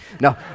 No